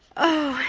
oh,